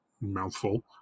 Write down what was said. mouthful